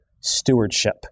stewardship